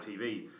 TV